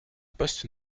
poste